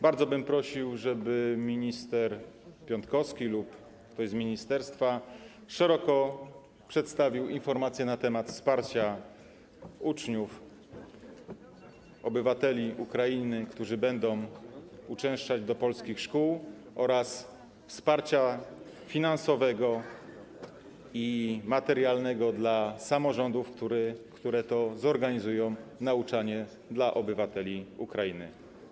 Bardzo bym prosił, żeby minister Piontkowski lub ktoś z ministerstwa przedstawił obszerną informację na temat wsparcia uczniów, obywateli Ukrainy, którzy będą uczęszczać do polskich szkół, oraz wsparcia finansowego i materialnego dla samorządów, które zorganizują nauczanie dla obywateli Ukrainy.